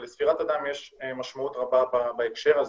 ולספירת הדם יש משמעות רבה בהקשר הזה.